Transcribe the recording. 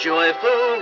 Joyful